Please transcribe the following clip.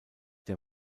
der